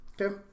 Okay